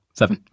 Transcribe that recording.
seven